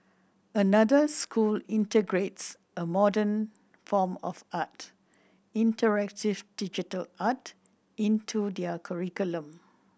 another school integrates a modern form of art interactive digital art into their curriculum